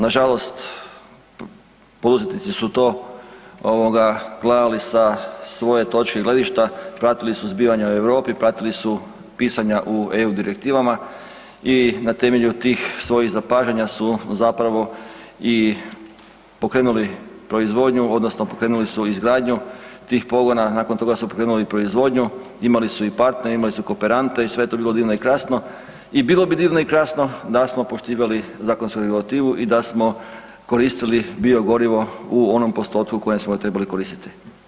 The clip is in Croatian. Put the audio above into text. Nažalost, poduzetnici su to gledali sa svoje točke gledišta, pratili su zbivanja u Europi, pratili su pisanja u EU direktivama i na temelju tih svojih zapažanja su zapravo i pokrenuli proizvodnju odnosno pokrenuli su izgradnju tih pogona, nakon toga su pokrenuli proizvodnju, imali su i partnere, imali su kooperante i sve je to bilo divno i krasno i bilo bi divno i krasno da smo poštivali zakonsku regulativu i da smo koristili biogorivo u onom postotku kojem smo trebali koristiti.